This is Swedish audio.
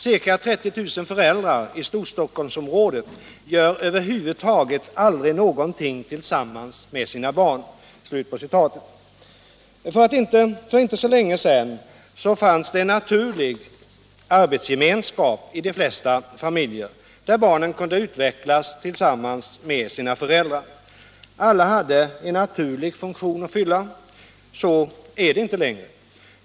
Ca 30 000 föräldrar i Storstockholmsområdet gör över huvud taget aldrig någonting tillsammans med sina barn!” För inte så länge sedan fanns det en naturlig arbetsgemenskap i de flesta familjer, där barnen kunde utvecklas tillsammans med sina föräldrar. Alla hade en naturlig funktion att fylla. Så är det inte längre.